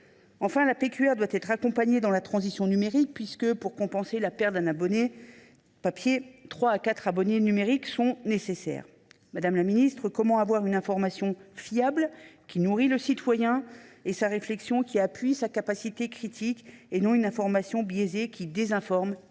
régionale (PQR) doit être accompagnée dans sa transition numérique, puisque, pour compenser la perte d’un abonné papier, trois à quatre abonnés numériques sont nécessaires. Madame la ministre, comment avoir une information fiable qui nourrit le citoyen et sa réflexion et qui renforce son esprit critique, et non une information biaisée qui désinforme et